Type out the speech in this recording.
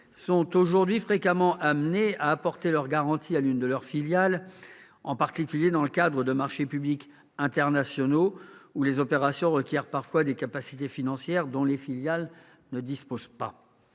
sont aujourd'hui fréquemment amenées à apporter leur garantie à l'une de leurs filiales, en particulier pour des opérations conduites dans le cadre de marchés publics internationaux, qui requièrent parfois des capacités financières dont les filiales ne disposent pas.